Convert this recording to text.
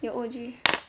your O_G